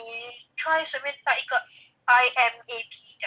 I